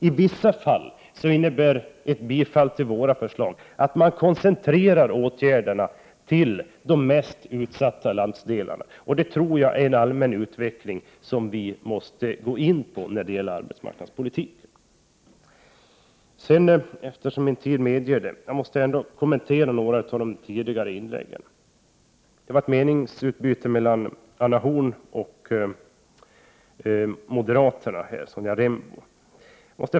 I vissa fall innebär ett bifall till våra förslag att man koncentrerar åtgärderna till de mest utsatta landsdelarna. Det tror jag är en allmän utveckling som vi måste räkna med när det gäller arbetsmarknadspolitiken. Eftersom tiden medger det, måste jag ändå kommentera några av de tidigare inläggen. Det blev ett meningsutbyte mellan Anna Horn af Rantzien och Sonja Rembo.